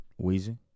Weezy